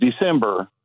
December